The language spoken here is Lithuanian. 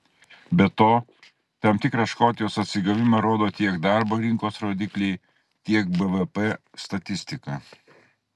be to tam tikrą škotijos atsigavimą rodo tiek darbo rinkos rodikliai tiek bvp statistika